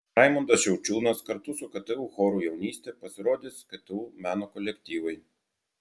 raimundas šiaučiūnas kartu su ktu choru jaunystė pasirodys ktu meno kolektyvai